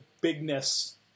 bigness